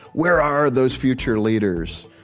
where are those future leaders?